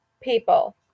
people